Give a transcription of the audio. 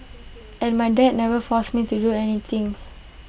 and my dad never forced me to do anything